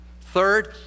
Third